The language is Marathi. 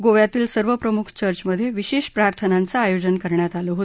गोव्यातील सर्व प्रमुख चर्चमधे विशेष प्रार्थनांचं आयोजन करण्यात आलं आहे